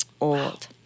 old